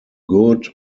good